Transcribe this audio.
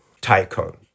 Tycoon